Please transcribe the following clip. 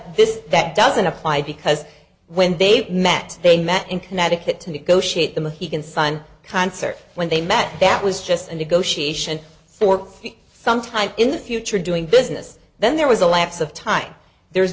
this that doesn't apply because when they met they met in connecticut to negotiate the mohegan sun concert when they met that was just a negotiation for sometime in the future doing business then there was a lapse of time there's